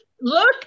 Look